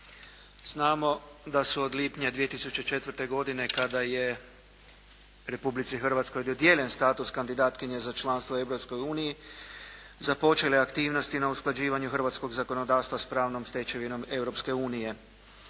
Znamo da su od lipnja 2004. godine kada je Republici Hrvatskoj dodijeljen status kandidatkinje za članstvo u Europskoj Uniji, započeli aktivnosti na usklađivanju hrvatskog zakonodavstva s pravnom stečevinom